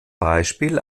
beispiel